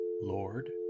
Lord